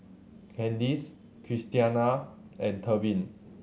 Candice Christiana and Tevin